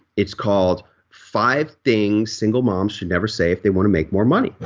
it's called five things single moms should never say if they want to make more money.